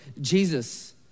Jesus